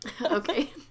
Okay